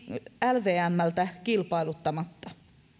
lvmltä kilpailuttamatta